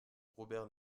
robert